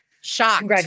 Shocked